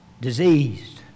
diseased